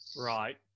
Right